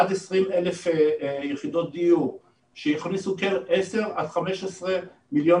עד 20,000 יחידות דיור שיכניסו עשר עד 15 מיליון